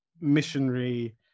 missionary